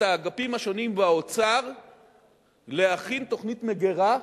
האגפים השונים באוצר להכין תוכנית מגירה,